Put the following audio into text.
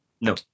No